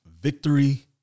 victory